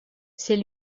c’est